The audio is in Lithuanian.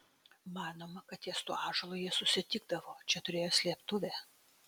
manoma kad ties tuo ąžuolu jie susitikdavo čia turėjo slėptuvę